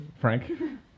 Frank